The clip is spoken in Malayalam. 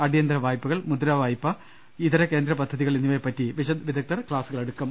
അടിയന്തര വായ്പകൾ മുദ്ര വായ്പ ഇതര കേന്ദ്രപദ്ധതികൾ എന്നിവയെ പറ്റി വിദഗ്ദ്ധർ ക്ലാസുകളെടുക്കും